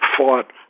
fought